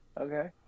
Okay